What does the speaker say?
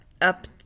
up